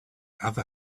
other